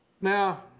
Now